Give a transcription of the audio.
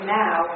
now